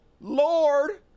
Lord